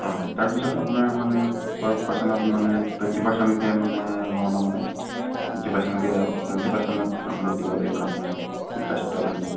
অঁ তাৰপিছত আপোনাৰ মানে পাৰ পাৰ্চনত মানে টুৱেণ্টি পাৰ্চেণ্টকৈ মানে লওঁ তাৰমানে টুৱেণ্টি পাৰ্চেণ্টকৈ টুৱেণ্টি পাৰ্চেণ্টত আপুনি দিব লাগিব তাৰমানে ইণ্টাৰেষ্টটো আপুনি